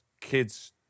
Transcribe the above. kids